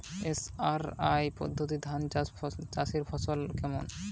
SRI পদ্ধতি ধান চাষের ফলন কেমন?